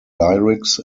lyrics